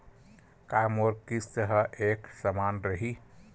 का मोर किस्त ह एक समान रही?